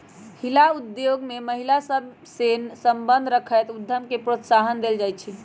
हिला उद्योग में महिला सभ सए संबंध रखैत उद्यम के प्रोत्साहन देल जाइ छइ